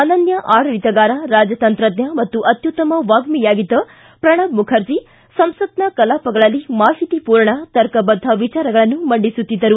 ಅನನ್ಯ ಆಡಳಿತಗಾರ ರಾಜತಂತ್ರಜ್ಞ ಮತ್ತು ಅತ್ಯುತ್ತಮ ವಾಗ್ಮಿಯಾಗಿದ್ದ ಪ್ರಣಬ್ ಮುಖರ್ಜಿ ಸಂಸತ್ನ ಕಲಾಪಗಳಲ್ಲಿ ಮಾಹಿತಿಪೂರ್ಣ ತರ್ಕಬದ್ಧ ವಿಚಾರಗಳನ್ನು ಮಂಡಿಸುತ್ತಿದ್ದರು